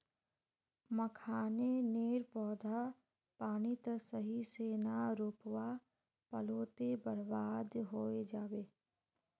मखाने नेर पौधा पानी त सही से ना रोपवा पलो ते बर्बाद होय जाबे